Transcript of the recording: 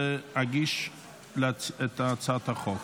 להגיש את הצעת החוק.